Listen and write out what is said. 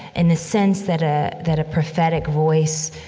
and the sense that a that a prophetic voice,